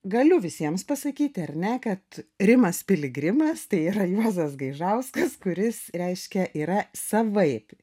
galiu visiems pasakyti ar ne kad rimas piligrimas tai yra juozas gaižauskas kuris reiškia yra savaip